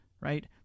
Right